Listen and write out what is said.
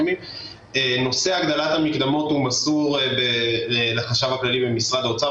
נושא הגדלת המקדמות מסור לחשב הכללי במשרד האוצר,